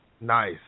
Nice